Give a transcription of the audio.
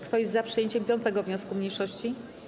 Kto jest za przyjęciem 5. wniosku mniejszości?